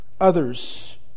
others